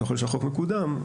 ככל שהחוק מקודם,